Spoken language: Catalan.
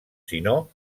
sinó